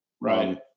right